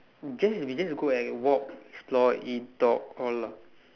just we just go and walk explore eat talk all lah